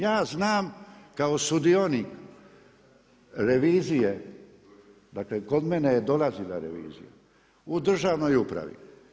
Ja znam, kao sudionik revizije dakle kod mene je dolazila revizija, u državnoj upravi.